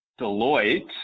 Deloitte